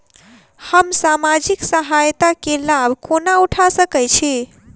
हम सामाजिक सहायता केँ लाभ कोना उठा सकै छी?